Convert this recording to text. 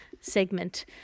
segment